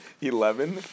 eleven